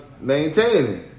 maintaining